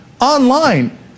online